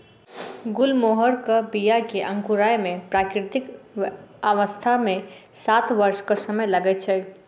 गुलमोहरक बीया के अंकुराय मे प्राकृतिक अवस्था मे सात वर्षक समय लगैत छै